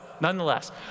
nonetheless